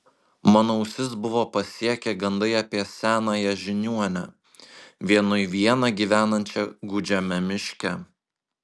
mano ausis buvo pasiekę gandai apie senąją žiniuonę vienui vieną gyvenančią gūdžiame miške